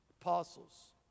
apostles